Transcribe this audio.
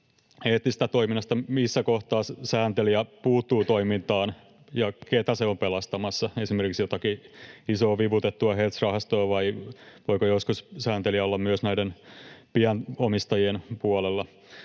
eettisestä toiminnasta, missä kohtaa sääntelijä puuttuu toimintaan ja ketä se on pelastamassa, esimerkiksi jotakin isoa vivutettua hedge-rahastoa, vai voiko joskus sääntelijä olla myös pienomistajien puolella.